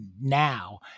now